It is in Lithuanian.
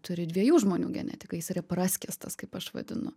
turi dviejų žmonių genetiką jis yra praskiestas kaip aš vadinu